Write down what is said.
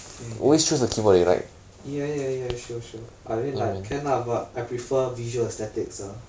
ye~ yes ya ya ya sure sure I mean like can lah but I prefer visual aesthetics ah